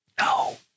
No